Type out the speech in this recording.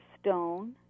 Stone